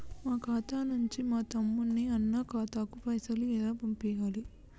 మా ఖాతా నుంచి మా తమ్ముని, అన్న ఖాతాకు పైసలను ఎలా పంపియ్యాలి?